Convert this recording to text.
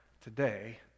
today